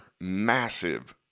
Massive